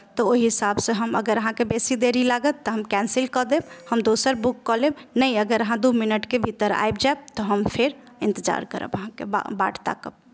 तऽ ओहि हिसाबसँ हम अगर अहाँकेँ बेसी देरी लागत तऽ हम कैन्सिल कऽ देब हम दोसर बुक कऽ लेब नहि अगर अहाँ दू मिनटके भीतर आबि जायब तऽ हम फेर इन्तजार करब अहाँके बाट ताकब